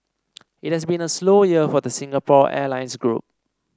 it has been a slow year for the Singapore Airlines group